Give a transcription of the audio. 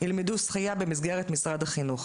ילמדו שחייה במסגרת משרד החינוך.